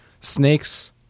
snakes